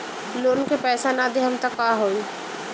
Loan का पैस न देहम त का होई?